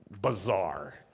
bizarre